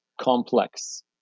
complex